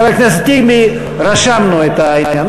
חבר הכנסת טיבי, רשמנו את העניין.